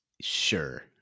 Sure